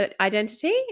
identity